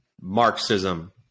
Marxism